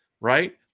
right